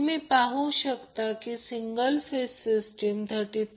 तर 2 pi r 2 l जे single phase केससाठी आहे हे व्हॉल्यूम आहे